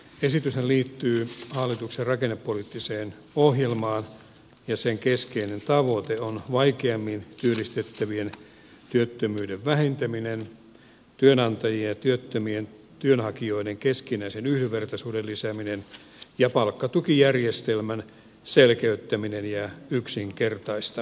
esityshän liittyy hallituksen rakennuspoliittiseen ohjelmaan ja sen keskeinen tavoite on vaikeammin työllistettävien työttömyyden vähentäminen työnantajien ja työttömien työnhakijoiden keskinäisen yhdenvertaisuuden lisääminen ja palkkatukijärjestelmän selkeyttäminen ja yksinkertaistaminen